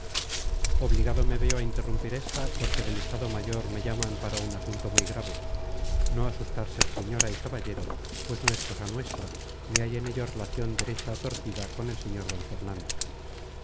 veo a interrumpir esta porque del estado mayor me llaman para un asunto muy grave no asustarse señora y caballero pues no es cosa nuestra ni hay en ello relación derecha o torcida con el sr d fernando